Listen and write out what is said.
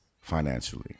financially